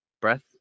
Breath